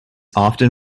often